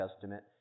Testament